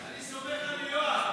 אני סומך על יואב.